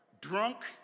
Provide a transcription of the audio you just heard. drunk